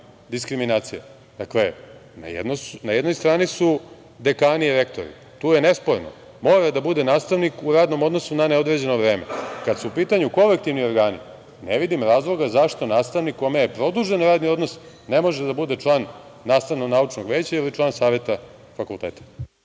diskriminacija. Dakle, na jednoj strani su dekani i rektori, tu je nesporno, mora da bude nastavnik u radnom odnosu na neodređeno vreme. Kad su u pitanju kolektivni organi, ne vidim razloga zašto nastavnik kome je produžen radni odnos ne može da bude član Nastavno-naučnog veća ili član Saveta fakulteta.